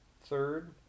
Third